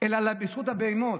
אלא בזכות הבהמות.